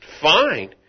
fine